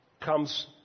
comes